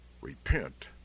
Repent